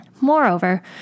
Moreover